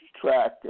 track